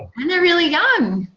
and they're really young.